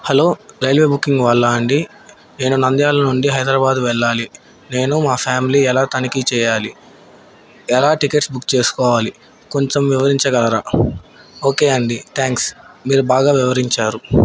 hello railway booking వాళ్ళా అండి నేను నంద్యాల నుండి హైదరాబాద్ వెళ్ళాలి నేను మా ఫ్యామిలీ ఎలా తనిఖ చేయాలి ఎలా టికెట్స్ బుక్ చేసుకోవాలి కొంచెం వివరించగలరా ఓకే అండి థ్యాంక్స్ మీరు బాగా వివరించారు